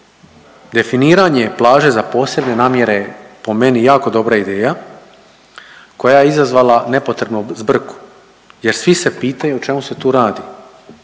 Definiranje plaže za posebne namjere po meni je jako dobra ideja koja je izazvala nepotrebnu zbrku jer svi se pitaju o čemu se tu radi.